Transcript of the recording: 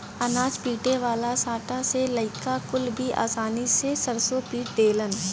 अनाज पीटे वाला सांटा से लईका कुल भी आसानी से सरसों पीट देलन